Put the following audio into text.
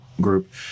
group